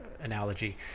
analogy